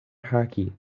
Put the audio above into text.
haki